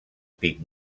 pic